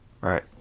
Right